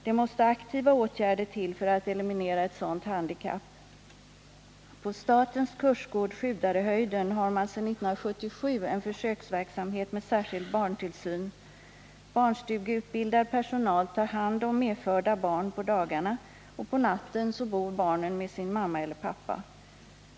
Det måste aktiva åtgärder till för att eliminera ett sådant handikapp. På statens kursgård Sjudarehöjden har man sedan 1977 en försöksverksamhet med särskild barntillsyn. Barnstugeutbildad personal tar hand om medförda barn på dagarna, och på natten bor barnen med sin mamma eller pappa.